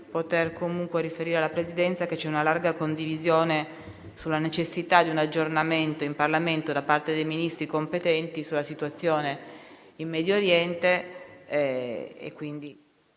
poter riferire alla Presidenza che c'è una larga condivisione sulla necessità di un aggiornamento in Parlamento da parte dei Ministri competenti sulla situazione in Medio Oriente.